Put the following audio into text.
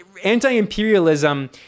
Anti-imperialism